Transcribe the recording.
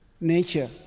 nature